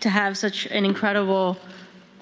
to have such an incredible